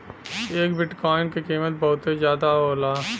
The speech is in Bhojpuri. एक बिट्काइन क कीमत बहुते जादा होला